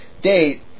date